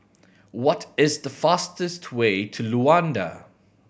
what is the fastest way to Luanda